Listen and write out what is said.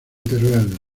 teruel